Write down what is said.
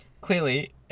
Clearly